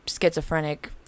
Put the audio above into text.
schizophrenic